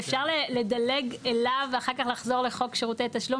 אפשר לדלג אליו ואחר כך לחזור לחוק שירותי תשלום,